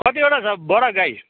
कतिवटा छ बडा गाई